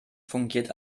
fungiert